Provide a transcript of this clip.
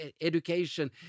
education